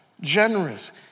generous